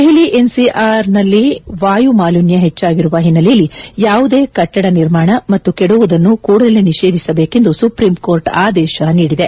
ದೆಹಲಿ ಎನ್ಸಿಆರ್ನಲ್ಲಿ ವಾಯುಮಾಲಿನ್ಯ ಹೆಚ್ಚಾಗಿರುವ ಹಿನ್ನೆಲೆಯಲ್ಲಿ ಯಾವುದೇ ಕಟ್ಟಡ ನಿರ್ಮಾಣ ಮತ್ತು ಕೆಡವುವುದನ್ನು ಕೂಡಲೇ ನಿಷೇಧಿಸಬೇಕೆಂದು ಸುಪ್ರೀಂಕೋರ್ಟ್ ಆದೇಶ ನೀಡಿದೆ